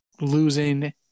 losing